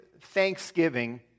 thanksgiving